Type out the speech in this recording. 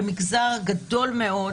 מגזר גדול מאוד,